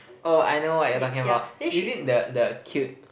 oh I know what you talking about is it the the cute